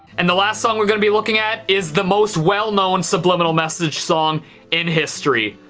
and the last song we're gonna be looking at is the most well known subliminal message song in history.